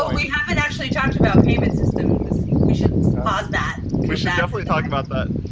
um we haven't actually talked about payment systems. we should pause that. we should definitely talk about that.